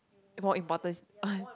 more important is